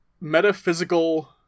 metaphysical